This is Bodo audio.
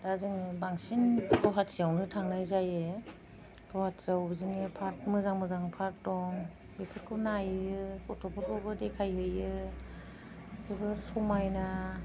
दा जों बांसिन गुवाहाटीयावनो थांनाय जायो गुवाहाटीयाव बिदिनो पार्क मोजां मोजां पार्क दं बेफोरखौ नायो गथ'फोरखौबो देखायहैयो जोबोर समायना